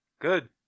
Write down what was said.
Good